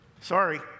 Sorry